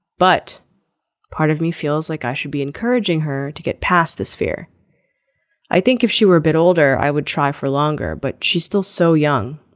but part of me feels like i should be encouraging her to get past this fear i think if she were a bit older i would try for longer but she's still so young.